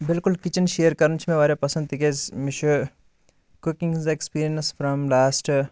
بِلکُل kitchen share کَرُن چھُ مےٚ واریاہ پَسَنٛد تِکیازِ مےٚ چھُ کُکِنٛگ ہٕنٛز ایکٕسپیٖرِیَنٕس فرٛام لاسٹ